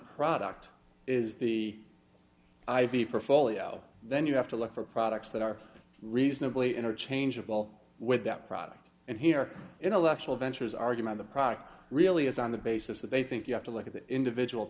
product is the i v profile e l then you have to look for products that are reasonably interchangeable with that product and here intellectual ventures argument the product really is on the basis that they think you have to look at the individual